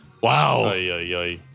Wow